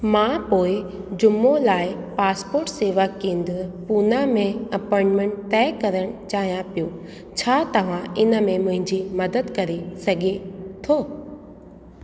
मां पोइ जुमो लाइ पासपोर्ट सेवा केंद्र पूना में अपोइंटमेन्ट तय करणु चाहियां पियो छा तव्हां इनमें मुंहिंजी मदद करे सघे थो